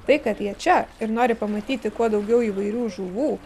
tai kad jie čia ir nori pamatyti kuo daugiau įvairių žuvų